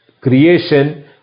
creation